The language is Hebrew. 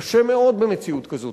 קשה מאוד במציאות כזאת.